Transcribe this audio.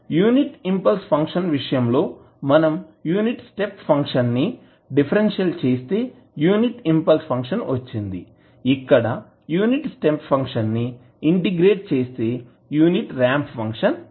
unit impulse function విషయంలో మనం unit step function ని డిఫరెన్షియల్ చేస్తే యూనిట్ ఇంపల్స్ ఫంక్షన్ వచ్చింది ఇక్కడ యూనిట్ స్టెప్ ఫంక్షన్ ని ఇంటిగ్రేట్ చేస్తే యూనిట్ రాంప్ ఫంక్షన్ వస్తుంది